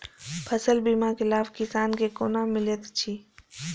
फसल बीमा के लाभ किसान के कोना मिलेत अछि?